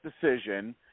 decision